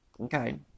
Okay